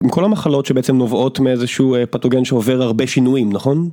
עם כל המחלות שבעצם נובעות מאיזשהו פתוגן שעובר הרבה שינויים, נכון?